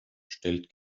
stellt